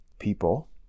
people